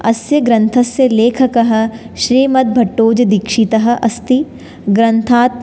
अस्य ग्रन्थस्य लेखकः श्रीमद् भट्टोजिदीक्षितः अस्ति ग्रन्थात्